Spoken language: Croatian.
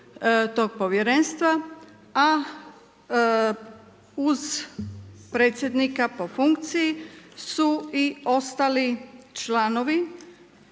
tog povjerenstva, a uz predsjednika po funkciji su i ostali članovi